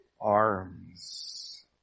arms